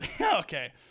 Okay